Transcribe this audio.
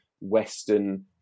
Western